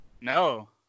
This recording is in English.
No